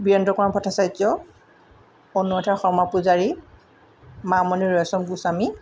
Birendra Kumar Bhattacharya Anuradha Sharma Pujari Mamoni Raisom Goswami